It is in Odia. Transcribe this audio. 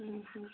ହୁଁ ହୁଁ